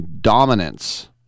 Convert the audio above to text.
dominance